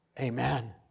Amen